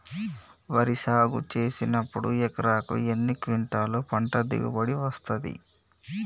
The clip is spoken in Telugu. వరి సాగు చేసినప్పుడు ఎకరాకు ఎన్ని క్వింటాలు పంట దిగుబడి వస్తది?